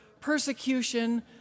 persecution